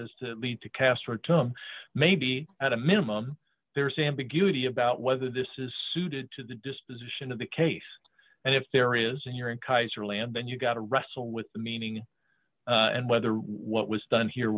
as to lead to castro term maybe at a minimum there's ambiguity about whether this is suited to the disposition of the case and if there isn't you're in keizer land then you've got to wrestle with the meaning and whether what was done here